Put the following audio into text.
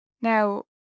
Now